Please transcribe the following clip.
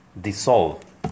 dissolve